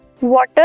water